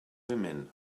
women